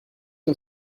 are